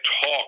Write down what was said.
talk